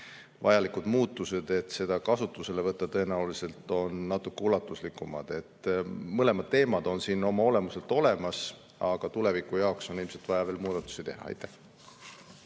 Vajalikud muutused, et seda kasutusele võtta, tõenäoliselt on natuke ulatuslikumad. Mõlemad teemad on siin oma olemuselt olemas, aga tuleviku jaoks on ilmselt vaja veel muudatusi teha. Aitäh!